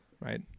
right